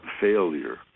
failure